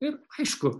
ir aišku